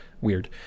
Weird